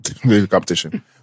Competition